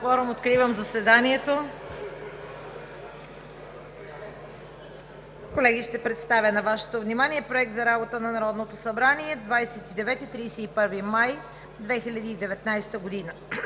откривам заседанието. Колеги, ще представя на Вашето внимание Проект за работата на Народното събрание за периода